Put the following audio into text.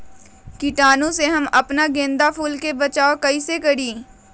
कीटाणु से हम अपना गेंदा फूल के बचाओ कई से करी?